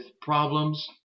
problems